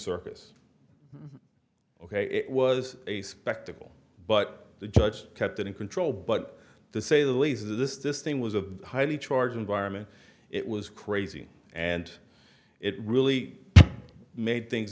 circus ok it was a spectacle but the judge kept it in control but the say the least of this this thing was a highly charged environment it was crazy and it really made things